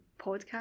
podcast